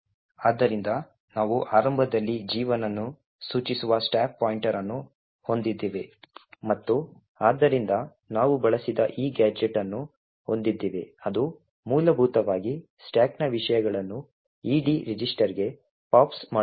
ಆದ್ದರಿಂದ ನಾವು ಆರಂಭದಲ್ಲಿ G1 ಅನ್ನು ಸೂಚಿಸುವ ಸ್ಟಾಕ್ ಪಾಯಿಂಟರ್ ಅನ್ನು ಹೊಂದಿದ್ದೇವೆ ಮತ್ತು ಆದ್ದರಿಂದ ನಾವು ಬಳಸಿದ ಈ ಗ್ಯಾಜೆಟ್ ಅನ್ನು ಹೊಂದಿದ್ದೇವೆ ಅದು ಮೂಲಭೂತವಾಗಿ ಸ್ಟಾಕ್ನ ವಿಷಯಗಳನ್ನು ಈಡಿ ರಿಜಿಸ್ಟರ್ಗೆ ಪಾಪ್ಸ್ ಮಾಡುತ್ತದೆ